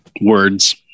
words